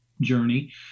journey